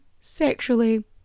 sexually